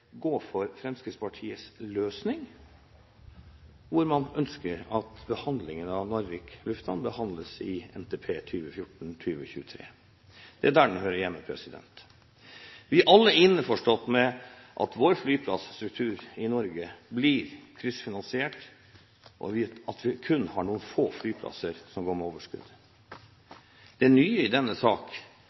gå inn for Fremskrittspartiets løsning, for vi ønsker at behandlingen av Narvik lufthavn behandles i NTP 2014–2023. Det er der den hører hjemme. Vi er alle innforstått med at vår flyplasstruktur i Norge blir kryssfinansiert, og at vi kun har noen få flyplasser som går med overskudd. Det nye i denne sak